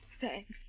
Thanks